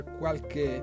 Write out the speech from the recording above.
qualche